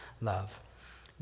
love